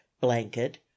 blanket